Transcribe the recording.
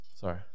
Sorry